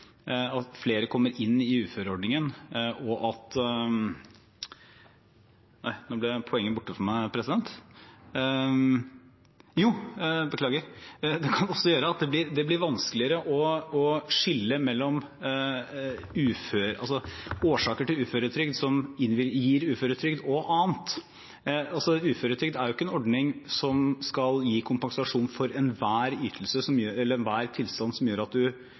at flere kommer inn i uføreordningen. Det kan også gjøre at det blir vanskeligere å skille mellom årsaker til uføretrygd som gir uføretrygd, og annet. Uføretrygd er ikke en ordning som skal gi kompensasjon for enhver tilstand som gjør at